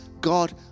God